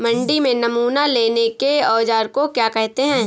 मंडी में नमूना लेने के औज़ार को क्या कहते हैं?